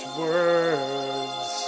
words